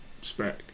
spec